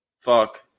fuck